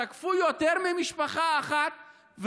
הם תקפו יותר ממשפחה אחת,